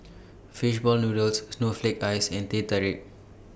Fish Ball Noodles Snowflake Ice and Teh Tarik